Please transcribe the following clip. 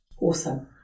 Awesome